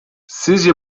sizce